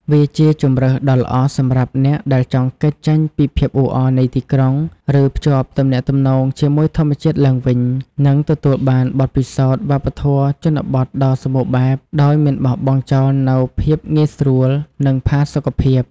វាជាជម្រើសដ៏ល្អសម្រាប់អ្នកដែលចង់គេចចេញពីភាពអ៊ូអរនៃទីក្រុង ភ្ជាប់ទំនាក់ទំនងជាមួយធម្មជាតិឡើងវិញ និងទទួលបានបទពិសោធន៍វប្បធម៌ជនបទដ៏សម្បូរបែប ដោយមិនបោះបង់ចោលនូវភាពងាយស្រួល និងផាសុកភាព។